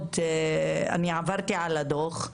אני עברתי על הדוח.